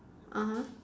(uh huh)